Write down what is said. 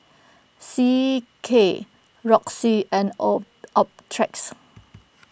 C K Roxy and O Optrex